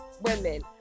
women